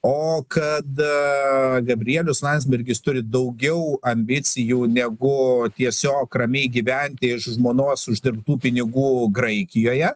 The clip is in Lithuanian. o kad gabrielius landsbergis turi daugiau ambicijų negu tiesiog ramiai gyventi iš žmonos uždirbtų pinigų graikijoje